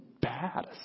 bad